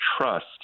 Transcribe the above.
trust